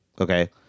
Okay